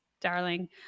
darling